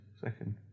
second